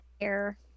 air